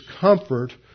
comfort